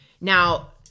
Now